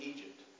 Egypt